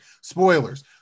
Spoilers